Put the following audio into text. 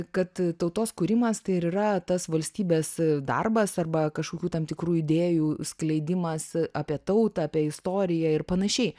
kad tautos kūrimas tai ir yra tas valstybės darbas arba kažkokių tam tikrų idėjų skleidimas apie tautą apie istoriją ir panašiai